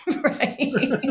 Right